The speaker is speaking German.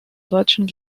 deutschen